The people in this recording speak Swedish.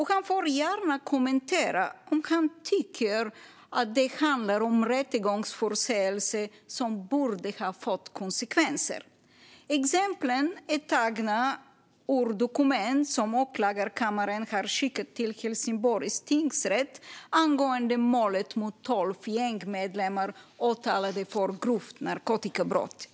Han får gärna kommentera om han tycker att det handlar om rättegångsförseelser som borde ha fått konsekvenser. Exemplen är tagna ur dokument som åklagarkammaren har skickat till Helsingborgs tingsrätt angående målet mot tolv gängmedlemmar åtalade för grovt narkotikabrott.